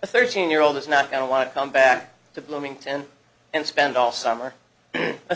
the thirteen year old is not going to want to come back to bloomington and spend all summer a